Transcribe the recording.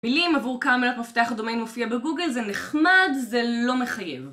מילים עבור כמה מילות מפתח הדומיין מופיע בגוגל זה נחמד, זה לא מחייב